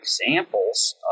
examples